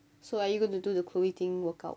so are you going to do the chloe ting workout